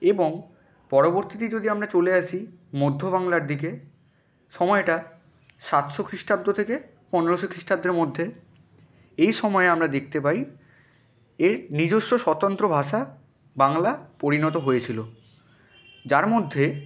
এবং পরবর্তীতেই যদি আমরা চলে আসি মধ্য বাংলার দিকে সময়টা সাতশো খ্রিস্টাব্দ থেকে পনেরশো খ্রিস্টাব্দের মধ্যে এই সময় আমরা দেকতে পাই এর নিজস্ব স্বতন্ত্র ভাষা বাংলা পরিণত হয়েছিলো যার মধ্যে